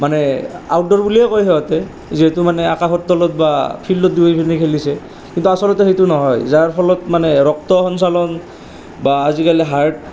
মানে আউটড'ৰ বুলিয়েই কয় সিহঁতে যিহেতু মানে আকাশৰ তলত বা ফিল্ডত বহি পিনি খেলিছে কিন্তু আচলতে সেইটো নহয় যাৰ ফলত মানে ৰক্ত সঞ্চালন বা আজিকালি হাৰ্ট